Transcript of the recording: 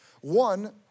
One